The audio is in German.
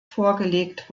vorgelegt